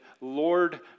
Lord